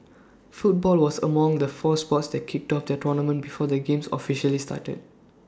football was among the four sports that kicked off their tournaments before the games officially started